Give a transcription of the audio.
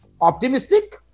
optimistic